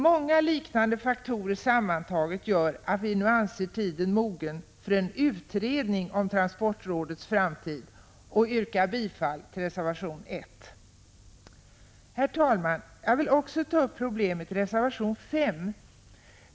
Många liknande faktorer sammantagna gör att vi nu anser tiden mogen för en utredning om transportrådets framtid och yrkar bifall till reservation 1. Jag vill också ta upp det problem som behandlas i reservation 5.